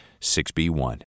6B1